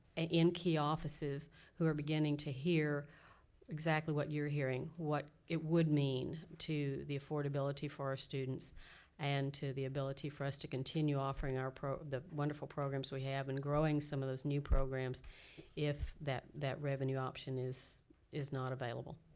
in key offices who are beginning to hear exactly what you're hearing. what it would mean to the affordability for our students and to the ability for us to continue offering the wonderful programs we have and growing some of those new programs if that that revenue option is is not available.